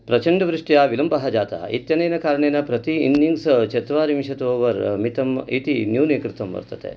प्रचण्डवृष्ट्या विलम्बः जातः इत्यनेन कारणेन प्रति इन्निङ्ग्स चत्वारिंशत् ओवर् मितम् इति न्यूनीकृतं वर्तते